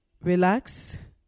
relax